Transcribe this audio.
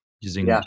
using